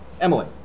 Emily